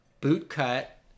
boot-cut